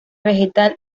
vegetal